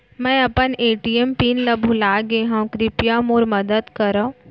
मै अपन ATM PIN ला भूलागे हव, कृपया मोर मदद करव